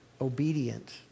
Obedient